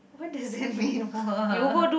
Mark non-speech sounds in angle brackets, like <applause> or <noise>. what does that mean <noise>